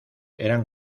eran